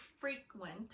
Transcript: frequent